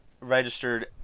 registered